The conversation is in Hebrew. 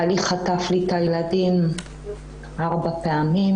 בעלי חטף לי את הילדים 4 פעמים.